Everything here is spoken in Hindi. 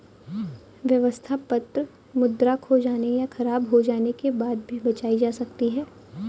व्यवस्था पत्र मुद्रा खो जाने या ख़राब हो जाने के बाद भी बचाई जा सकती है